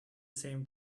same